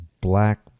black